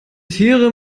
tiere